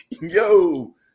yo